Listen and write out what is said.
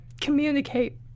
communicate